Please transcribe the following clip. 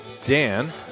Dan